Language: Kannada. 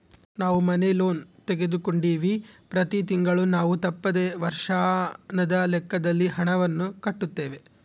ನಾವು ಮನೆ ಲೋನ್ ತೆಗೆದುಕೊಂಡಿವ್ವಿ, ಪ್ರತಿ ತಿಂಗಳು ನಾವು ತಪ್ಪದೆ ವರ್ಷಾಶನದ ಲೆಕ್ಕದಲ್ಲಿ ಹಣವನ್ನು ಕಟ್ಟುತ್ತೇವೆ